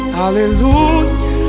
Hallelujah